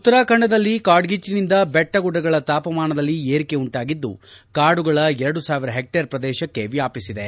ಉತ್ತರಾಖಂಡದಲ್ಲಿ ಕಾಡ್ಗಿಚ್ಚನಿಂದ ಬೆಟ್ಟಗುಡ್ಡಗಳ ತಾಪಮಾನದಲ್ಲಿ ಏರಿಕೆ ಉಂಟಾಗಿದ್ದು ಕಾಡುಗಳ ಎರಡು ಸಾವಿರ ಹೆಕ್ಟೇರ್ ಪ್ರದೇಶಕ್ಕೆ ವ್ಯಾಪಿಸಿದೆ